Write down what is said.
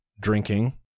drinking